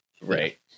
right